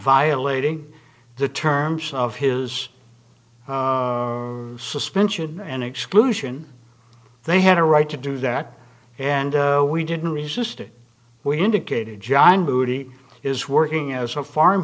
violating the terms of his suspension and exclusion they had a right to do that and we didn't resist it we indicated john moody is working as a